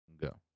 go